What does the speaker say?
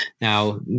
now